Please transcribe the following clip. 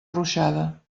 ruixada